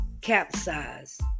Capsized